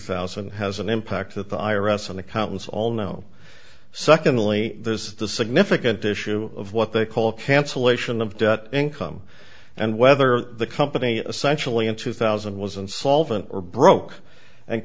thousand has an impact that the i r s and accountants all know secondly there's the significant issue of what they call cancellation of debt income and whether the company essentially in two thousand was insolvent or broke and